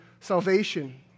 salvation